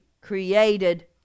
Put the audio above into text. created